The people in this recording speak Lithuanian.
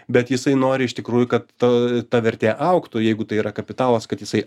bet jisai nori iš tikrųjų kad ta ta vertė augtų jeigu tai yra kapitalas kad jisai